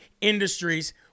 industries